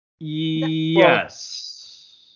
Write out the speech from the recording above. Yes